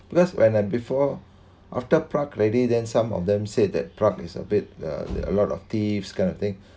because when I'm before after prague ready then some of them said that prague is a bit uh a lot of thieves kind of thing